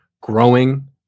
growing